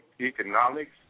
economics